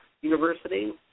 University